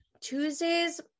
Tuesdays